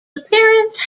appearance